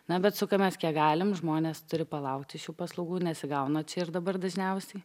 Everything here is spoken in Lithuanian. na bet sukamės kiek galim žmonės turi palaukti šių paslaugų nesigauna čia ir dabar dažniausiai